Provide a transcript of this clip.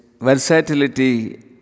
versatility